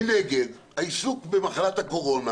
מנגד, העיסוק במחלת הקורונה